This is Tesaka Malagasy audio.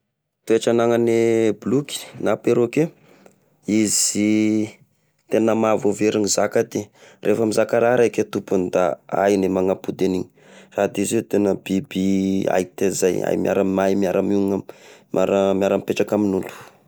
Toetra anagnane boloky na perroquet, izy tena mahavoaveriny zaka ity! Rehefa mizaka raha raiky e tompony da hainy e magnapody an'igny, sady izy io tena biby, hay tezay, hay miar- mahay miara monina, miara, miara mipetraky amin'olo.